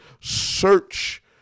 search